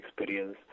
experience